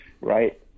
right